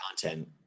content